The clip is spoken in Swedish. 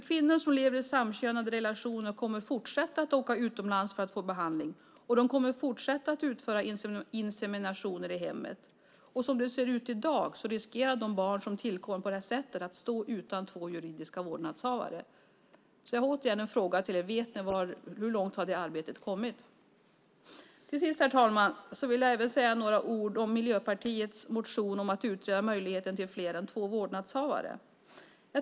Kvinnor som lever i samkönade relationer kommer att fortsätta att åka utomlands för att få behandling. De kommer att fortsätta att utföra inseminationer i hemmet. Som det ser ut i dag riskerar de barn som tillkommer på det sättet att stå utan två juridiska vårdnadshavare. Vet ni hur långt det arbetet har kommit? Herr talman! Jag vill även säga några ord om Miljöpartiets motion om att utreda möjligheten till fler än två vårdnadshavare.